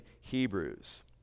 Hebrews